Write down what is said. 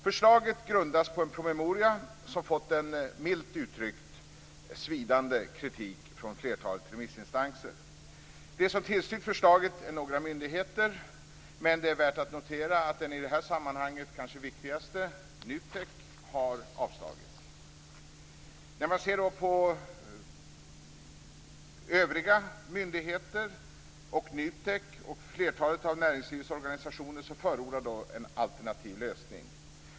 Förslaget grundas på en promemoria som fått en, milt uttryckt, svidande kritik från flertalet remissinstanser. De som tillstyrkt förslaget är några myndigheter, men det är värt att notera att den i detta sammanhang kanske viktigaste, NUTEK, har avslagit förslaget. Övriga myndigheter, NUTEK och flertalet av näringslivets organisationer förordar en alternativ lösning.